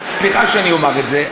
סליחה שאני אומר את זה,